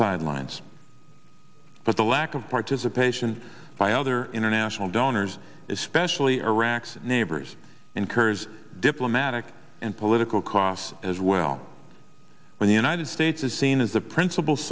sidelines but the lack of participation by other international donors especially iraq's neighbors incurs diplomatic and political costs as well when the united states is seen as the principal